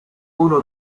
uno